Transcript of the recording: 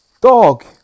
Dog